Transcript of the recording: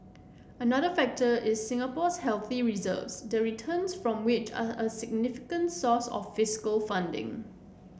another factor is Singapore's healthy reserves the returns from which are a significant source of fiscal funding